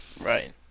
right